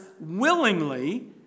willingly